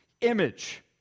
image